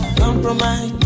compromise